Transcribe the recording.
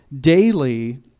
daily